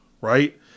right